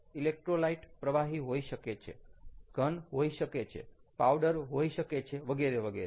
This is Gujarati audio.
ઇલેક્ટ્રોલાઈટ પ્રવાહી હોઈ શકે છે ઘન હોઈ શકે છે પાવડર હોઈ શકે છે વગેરે વગેરે